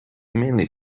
mainly